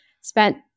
Spent